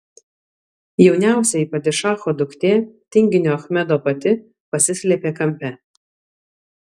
jauniausioji padišacho duktė tinginio achmedo pati pasislėpė kampe